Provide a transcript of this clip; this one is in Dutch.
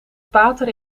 pater